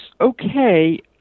okay